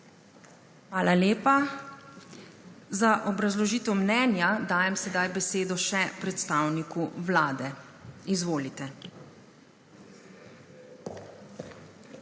Hvala lepa. Za obrazložitev mnenja dajem sedaj besedo še predstavniku Vlade. Izvolite. **DR.